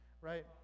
right